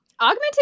Augmented